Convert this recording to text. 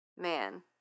man